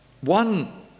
one